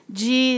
de